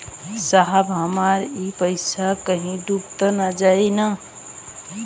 साहब हमार इ पइसवा कहि डूब त ना जाई न?